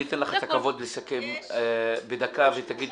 אני אתן לך את הכבוד לסכם בדקה ותגיד